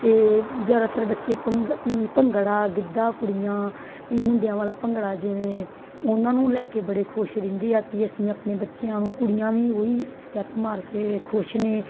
ਅਤੇ ਜ਼ਿਆਦਾਤਰ ਬੱਚੇ ਭੰਗ ਪੀ ਭੰਗੜਾ ਗਿੱਧਾ ਕੁੜੀਆਂ ਪੀ ਮੁੰਡਿਆਂ ਵਾਲਾ ਭੰਗੜਾ ਜਿਵੇਂ ਉਹਨਾਂ ਨੂੰ ਲੈ ਕੇ ਬੜੇ ਖੁਸ਼ ਰਹਿੰਦੇ ਆ ਕਿ ਅਸੀਂ ਆਪਣੇ ਬੱਚਿਆਂ ਨੂੰ ਕੁੜੀਆਂ ਵੀ ਉਹੀ ਸਟੈਪ ਮਾਰ ਕੇ ਖੁਸ਼ ਨੇ